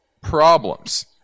problems